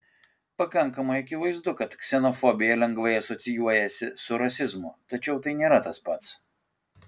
pakankamai akivaizdu kad ksenofobija lengvai asocijuojasi su rasizmu tačiau tai nėra tas pats